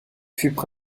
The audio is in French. fut